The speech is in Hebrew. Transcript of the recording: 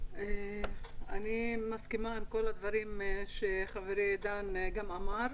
אני מסכימה עם כלה דברים שחברי עידן רול אמר.